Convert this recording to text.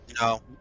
No